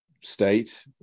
state